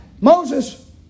Moses